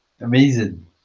amazing